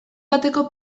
bateko